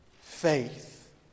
faith